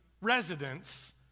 residents